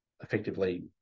effectively